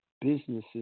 businesses